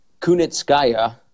Kunitskaya